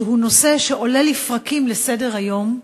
שעולה לפרקים על סדר-היום,